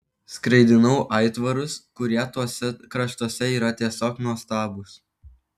skraidinau aitvarus kurie tuose kraštuose yra tiesiog nuostabūs